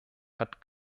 hat